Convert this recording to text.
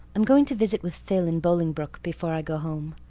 i'm going to visit with phil in bolingbroke before i go home.